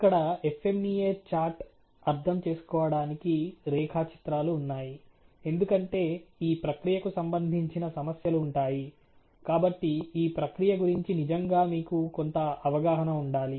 ఇక్కడ FMEA chart' అర్థం చేసుకోవడానికి రేఖాచిత్రాలు ఉన్నాయి ఎందుకంటే ఈ ప్రక్రియకు సంబంధించిన సమస్యలు ఉంటాయి కాబట్టి ఈ ప్రక్రియ గురించి నిజంగా మీకు కొంత అవగాహన ఉండాలి